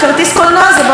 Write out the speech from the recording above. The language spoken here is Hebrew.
קוראים לו משה אדרי,